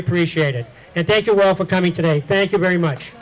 appreciated and take a while for coming today thank you very much